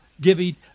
giving